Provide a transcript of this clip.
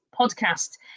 podcast